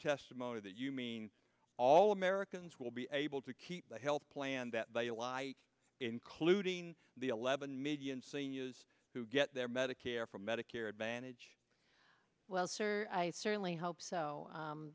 testimony that you mean all americans will be able to keep their health plan that you why including the eleven million seniors who get their medicare from medicare advantage well sir i certainly hope so